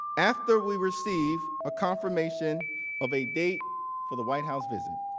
after we received a confirmation of a date for the white house visit.